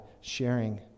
sharing